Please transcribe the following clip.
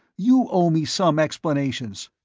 you owe me some explanations.